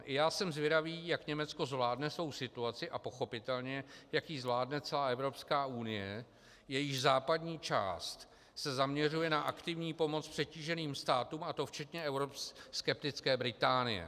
I já jsem zvědavý, jak Německo zvládne svou situaci a pochopitelně jak ji zvládne celá Evropská unie, jejíž západní část se zaměřuje na aktivní pomoc přetíženým státům, a to včetně euroskeptické Británie.